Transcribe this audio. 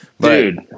Dude